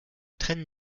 trennen